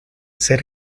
ser